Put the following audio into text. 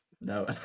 No